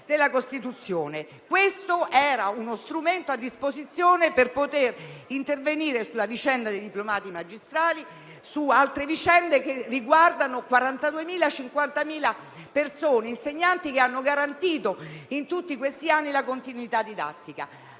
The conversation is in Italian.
trattava di uno strumento a disposizione per poter intervenire sulla vicenda dei diplomati magistrali e su altre vicende che riguardano 40.000-50.000 persone, insegnanti che hanno garantito in tutti questi anni la continuità didattica.